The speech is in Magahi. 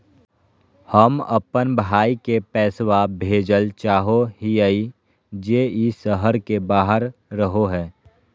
हम अप्पन भाई के पैसवा भेजल चाहो हिअइ जे ई शहर के बाहर रहो है